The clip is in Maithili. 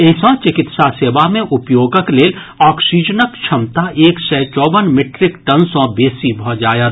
एहि सँ चिकित्सा सेवा मे उपयोगक लेल ऑक्सीजनक क्षमता एक सय चौवन मीट्रिक टन सँ बेसी भऽ जायत